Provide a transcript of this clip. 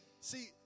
see